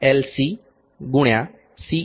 C × C